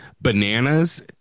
bananas